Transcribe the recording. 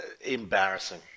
embarrassing